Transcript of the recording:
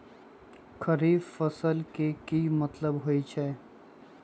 खरीफ फसल के की मतलब होइ छइ?